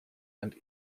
and